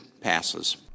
passes